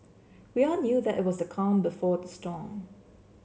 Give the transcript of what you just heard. we all knew that it was the calm before the storm